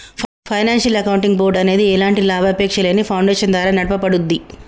financial accounting board అనేది ఎలాంటి లాభాపేక్షలేని ఫౌండేషన్ ద్వారా నడపబడుద్ది